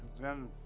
then,